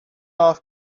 off